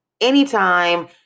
anytime